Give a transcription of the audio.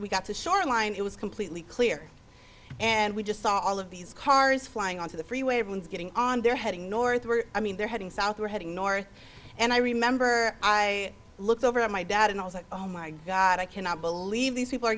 we got to shoreline it was completely clear and we just saw all of these cars flying onto the freeway of winds getting on there heading north were i mean they're heading south we're heading north and i remember i looked over at my dad and i was like oh my god i cannot believe these people are